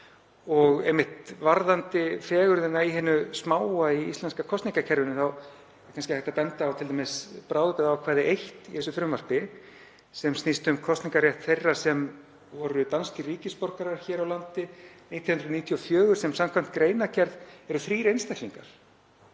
Og einmitt varðandi fegurðina í hinu smáa í íslenska kosningakerfinu er kannski hægt að benda á t.d. bráðabirgðaákvæði I í þessu frumvarpi sem snýst um kosningarrétt þeirra sem voru danskir ríkisborgarar hér á landi 1994 sem samkvæmt greinargerð voru þrír einstaklingar.